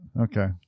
Okay